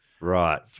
Right